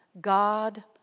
God